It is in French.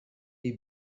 des